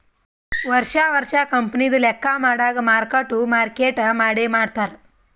ವರ್ಷಾ ವರ್ಷಾ ಕಂಪನಿದು ಲೆಕ್ಕಾ ಮಾಡಾಗ್ ಮಾರ್ಕ್ ಟು ಮಾರ್ಕೇಟ್ ಮಾಡೆ ಮಾಡ್ತಾರ್